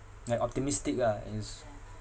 like optimistic ah it is